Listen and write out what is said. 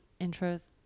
intros